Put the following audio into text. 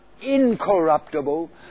incorruptible